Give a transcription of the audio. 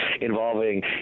involving